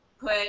put